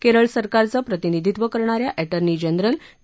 केरळ सरकारचं प्रतिनिधित्व करणाऱ्या एटर्नी जनरल के